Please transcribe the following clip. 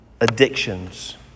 Addictions